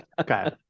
Okay